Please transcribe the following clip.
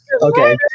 Okay